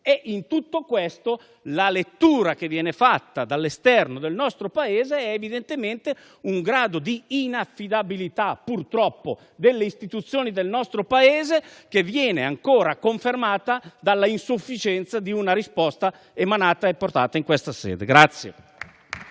In tutto questo la lettura che viene fatta dall'esterno dell'Italia è evidentemente purtroppo un grado di inaffidabilità delle istituzioni del nostro Paese, che viene ancora confermata dall'insufficienza di una risposta emanata e portata in questa sede.